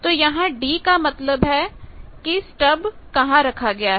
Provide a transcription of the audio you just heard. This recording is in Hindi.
तो यहां 'd' का मतलब है कि स्टब कहां रखा गया है